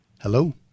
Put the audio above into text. Hello